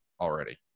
already